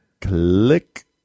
Click